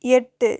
எட்டு